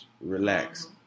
Relax